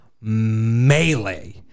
melee